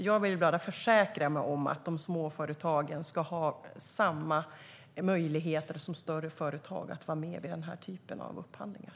Jag vill bara försäkra mig om att de små företagen ska ha samma möjligheter som större företag att vara med i den här typen av upphandlingar.